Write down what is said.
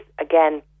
again